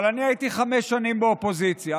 אבל הייתי חמש שנים באופוזיציה,